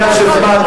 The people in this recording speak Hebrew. זה עניין של זמן,